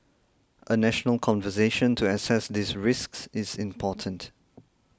a national conversation to assess these risks is important